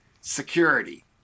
security